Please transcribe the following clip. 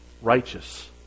Righteous